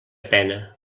pena